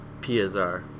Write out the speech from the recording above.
PSR